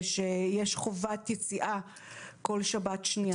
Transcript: ושיש חובת יציאה כל שבת שנייה.